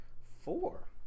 four